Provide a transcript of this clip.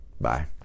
Bye